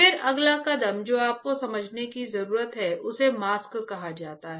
फिर अगला कदम जो आपको समझने की जरूरत है उसे मास्क कहा जाता है